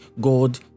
God